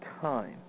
time